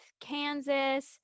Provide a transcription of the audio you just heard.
kansas